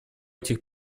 этих